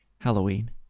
Halloween